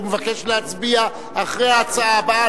הוא מבקש להצביע אחרי ההצעה הבאה,